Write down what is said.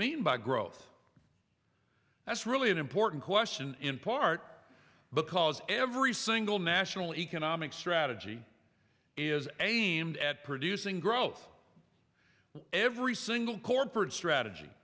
mean by growth that's really an important question in part because every single national economic strategy is aimed at producing growth every single corporate strategy